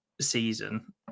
season